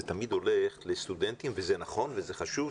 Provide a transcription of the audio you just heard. זה תמיד הולך לסטודנטים וזה נכון וזה חשוב,